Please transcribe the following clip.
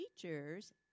teachers